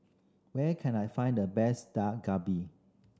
where can I find the best Dak Galbi